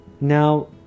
now